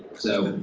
so,